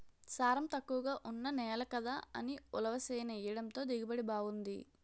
సారం తక్కువగా ఉన్న నేల కదా అని ఉలవ చేనెయ్యడంతో దిగుబడి బావుంది